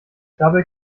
dabei